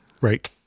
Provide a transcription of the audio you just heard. Right